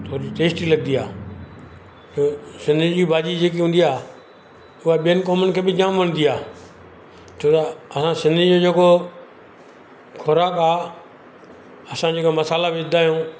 थोरी टेस्टी लॻंदी आहे छो त सिंधियुनि जी भाॼी जेका हूंदी आहे उहा ॿियनि क़ौमनि खे बि जाम वणंदी आहे छो त असां सिंधियुनि जो जेको ख़ौराकु आहे असां जेको मसाला विझंदा आहियूं